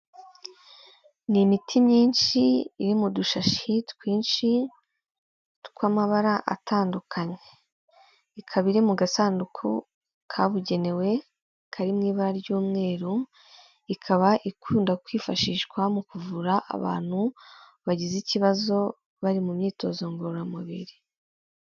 Ni imiti myinshi iri mu dushashi twinshi tw'amabara atandukanye, ikaba iri mu gasanduku kabugenewe kari mu ibara ry'umweru, ikaba ikunda kwifashishwa mu kuvura abantu bagize ikibazo bari mu myitozo ngororamubiri.